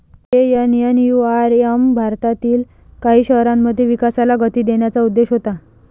JNNURM भारतातील काही शहरांमध्ये विकासाला गती देण्याचा उद्देश होता